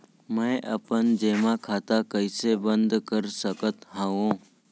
मै अपन जेमा खाता कइसे बन्द कर सकत हओं?